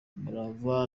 umurava